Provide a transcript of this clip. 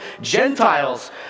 Gentiles